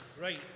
Right